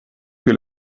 que